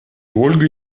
ольга